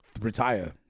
retire